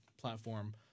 platform